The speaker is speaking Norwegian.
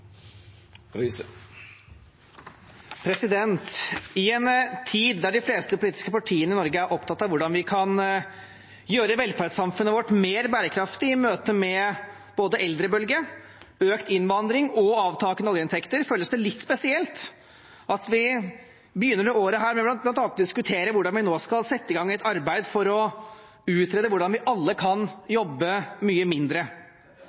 I en tid da de fleste politiske partiene i Norge er opptatt av hvordan vi kan gjøre velferdssamfunnet vårt mer bærekraftig i møte med både eldrebølge, økt innvandring og avtakende oljeinntekter, føles det litt spesielt at vi begynner dette året med bl.a. å diskutere hvordan vi nå skal sette i gang et arbeid for å utrede hvordan vi alle kan jobbe mye mindre.